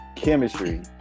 Chemistry